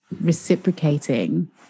reciprocating